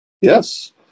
Yes